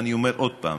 ואני אומר עוד פעם,